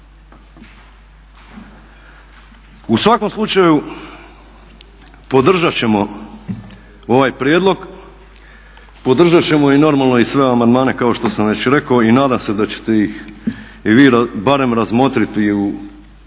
U svakom slučaju podržat ćemo ovaj prijedlog, podržat ćemo i normalno sve amandmane kao što sam već rekao i nadam se da ćete ih vi barem razmotriti u onoj